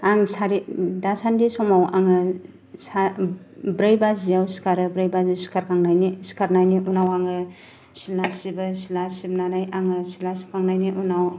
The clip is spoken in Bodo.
आं दा सानदि समाव आङो ब्रै बाजि आव सिखारो ब्रै बाजिआव सिखारनायनि उनाव आङो सिथ्ला सिबो सिथ्ला सिबनानै आङो सिथ्ला सिबखांनायनि उनाव